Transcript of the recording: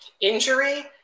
Injury